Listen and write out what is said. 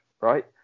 right